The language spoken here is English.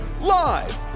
Live